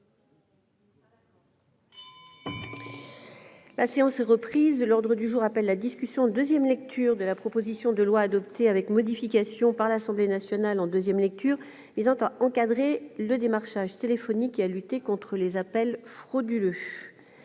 la demande du groupe Union Centriste, la discussion en deuxième lecture de la proposition de loi, adoptée avec modifications par l'Assemblée nationale en deuxième lecture, visant à encadrer le démarchage téléphonique et à lutter contre les appels frauduleux